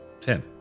Ten